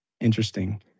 Interesting